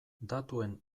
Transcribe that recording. datuen